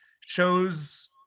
shows